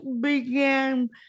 began